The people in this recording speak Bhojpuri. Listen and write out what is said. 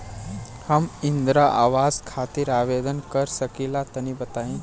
हम इंद्रा आवास खातिर आवेदन कर सकिला तनि बताई?